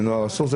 לנוער אסור.